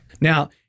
Now